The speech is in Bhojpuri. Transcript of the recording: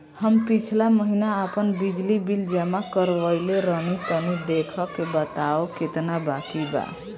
हम पिछला महीना आपन बिजली बिल जमा करवले रनि तनि देखऽ के बताईं केतना बाकि बा?